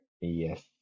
Yes